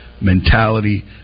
mentality